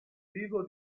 vivo